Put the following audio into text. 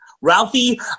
Ralphie